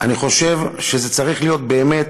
אני חושב שזה צריך להיות באמת